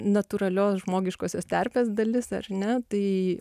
natūralios žmogiškosios terpės dalis ar ne tai